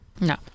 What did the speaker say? No